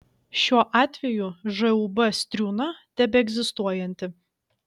šiuo atveju žūb striūna tebeegzistuojanti